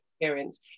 experience